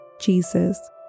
Jesus